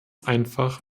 einfach